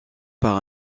par